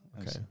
okay